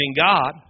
God